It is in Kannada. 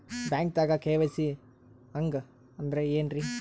ಬ್ಯಾಂಕ್ದಾಗ ಕೆ.ವೈ.ಸಿ ಹಂಗ್ ಅಂದ್ರೆ ಏನ್ರೀ?